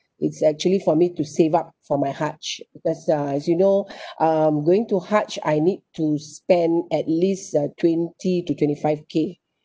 it's actually for me to save up for my haj because uh as you know um going to haj I need to spend at least uh twenty to twenty five K